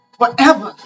forever